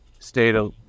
stayed